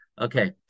Okay